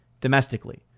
domestically